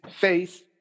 faith